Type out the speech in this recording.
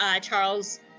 Charles